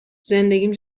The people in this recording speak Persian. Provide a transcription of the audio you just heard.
زندگیم